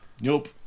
nope